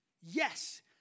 yes